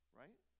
right